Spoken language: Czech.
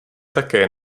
také